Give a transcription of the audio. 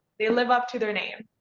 they live up to their name!